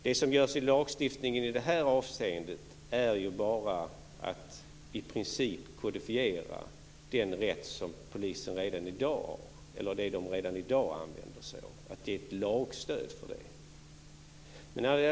Det som görs i lagstiftningen i det här avseendet är bara att i princip kodifiera den rätt som polisen redan i dag använder sig av och ge ett lagstöd för det.